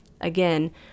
again